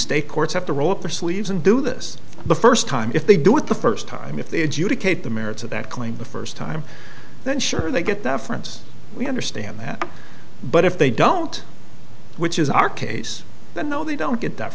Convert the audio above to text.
state courts have to roll up their sleeves and do this the first time if they do it the first time if they educate the merits of that claim the first time then sure they get their friends we understand that but if they don't which is our case then no they don't get